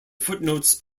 footnotes